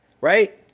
right